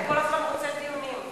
אתה כל הזמן רוצה דיונים.